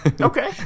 Okay